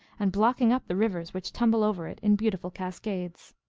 and blocking up the rivers which tumble over it in beautiful cascades.